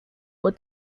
were